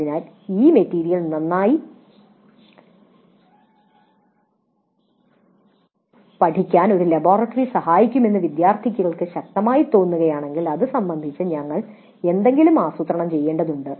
അതിനാൽ ആ മെറ്റീരിയൽ നന്നായി പഠിക്കാൻ ഒരു ലബോറട്ടറി സഹായിക്കുമെന്ന് വിദ്യാർത്ഥികൾക്ക് ശക്തമായി തോന്നുകയാണെങ്കിൽ അത് സംബന്ധിച്ച് ഞങ്ങൾ എന്തെങ്കിലും ആസൂത്രണം ചെയ്യേണ്ടതുണ്ട്